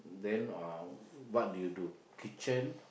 then uh what do you do kitchen